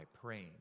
praying